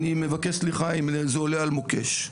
אני מבקש סליחה אם זה עולה על מוקש,